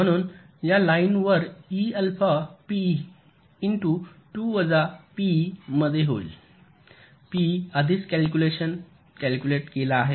म्हणून या लाइन वर ई अल्फा पीई इंटु 1 वजा पीई मध्ये होईल पीई आधीच कॅल्कुलेट केला आहे